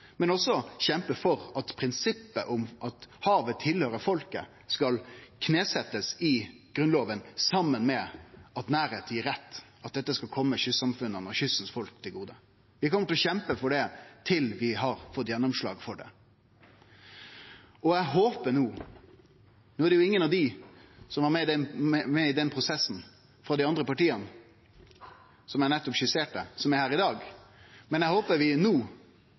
men også kjempe for at prinsippet om at havet tilhøyrer folket, skal knesetjast i Grunnlova, saman med at nærleik gir rett, at dette skal kome kystsamfunna og folket ved kysten til gode. Vi kjem til å kjempe til vi har fått gjennomslag for det. No er det ingen av dei frå dei andre partia som var med i den prosessen som eg nettopp skisserte, som er her i dag, men eg håper vi no